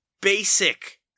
basic